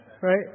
Right